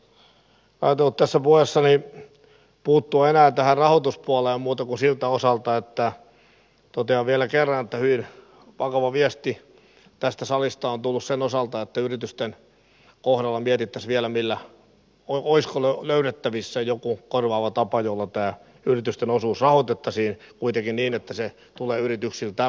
en ajatellut tässä puheessani puuttua enää tähän rahoituspuoleen muuten kuin siltä osalta että totean vielä kerran että hyvin vakava viesti tästä salista on tullut sen osalta että yritysten kohdalla mietittäisiin vielä olisiko löydettävissä joku korvaava tapa jolla tämä yritysten osuus rahoitettaisiin kuitenkin niin että se tulee yrityksiltä